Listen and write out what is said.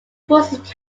forces